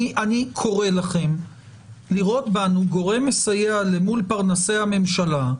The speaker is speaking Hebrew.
אני קורא לכם לראות בנו גורם מסייע למול פרנסי הממשלה.